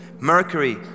mercury